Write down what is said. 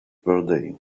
birthday